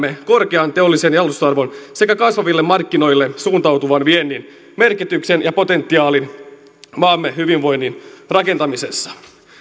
ymmärrämme korkean teollisen jalostusarvon sekä kasvaville markkinoille suuntautuvan viennin merkityksen ja potentiaalin maamme hyvinvoinnin rakentamisessa